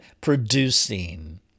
producing